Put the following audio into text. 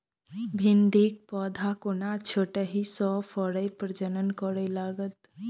भिंडीक पौधा कोना छोटहि सँ फरय प्रजनन करै लागत?